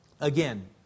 Again